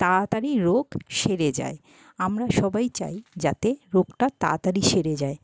তাড়াতাড়ি রোগ সেরে যায় আমরা সবাই চাই যাতে রোগটা তাড়াতাড়ি সেরে যায়